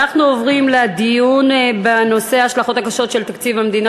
אנחנו עוברים לדיון בנושא: ההשלכות הקשות של תקציב המדינה